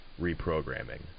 reprogramming